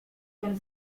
ten